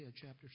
chapter